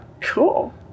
Cool